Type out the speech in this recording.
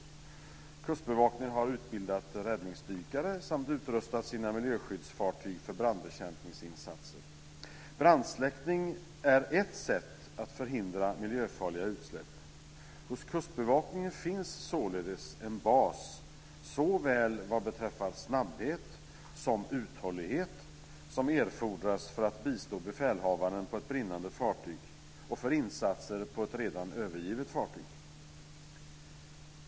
Kustbevakningen har utbildat räddningsdykare samt utrustat sina miljöskyddsfartyg för brandbekämpningsinsatser. Brandsläckning är ett sätt att förhindra miljöfarliga utsläpp. Hos Kustbevakningen finns således en bas såväl vad beträffar snabbhet som uthållighet, som erfordras för att bistå befälhavaren på ett brinnande fartyg och för insatser på ett redan övergivet fartyg.